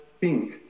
pink